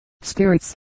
spirits